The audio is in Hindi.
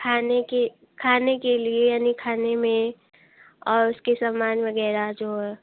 खाने की खाने के लिए यानी खाने में और उसके समान वगैरह जो